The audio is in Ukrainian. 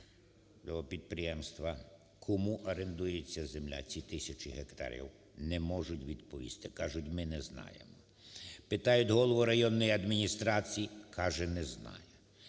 кому орендується ця земля ці тисячі гектарів не можуть відповісти, кажуть, ми не знаємо. Питають голову районної адміністрації, каже, не знаю.